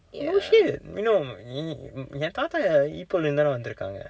no shit you know என் தாத்தா:en thaaththaa ipoh-il இருந்து தான் வந்துருக்காங்க:irundthu thaan vandthurukkaangka